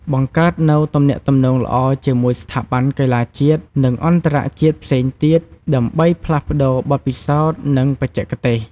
បង្កើតនូវ ទំនាក់ទំនងល្អ ជាមួយស្ថាប័នកីឡាជាតិ និងអន្តរជាតិផ្សេងទៀត ដើម្បីផ្លាស់ប្តូរបទពិសោធន៍ និងបច្ចេកទេស។